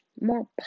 more